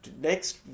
next